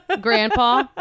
grandpa